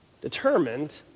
determined